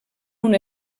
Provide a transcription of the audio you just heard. una